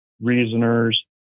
reasoners